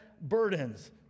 burdens